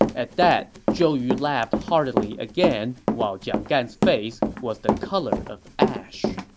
at that, zhou yu laughed heartily again, while jiang gan's face was the color of ash.